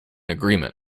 agreement